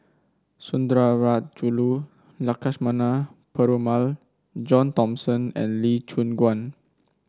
Sundarajulu Lakshmana Perumal John Thomson and Lee Choon Guan